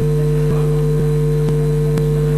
אני מבקש מחברי לשבת.